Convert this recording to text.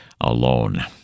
alone